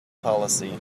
policy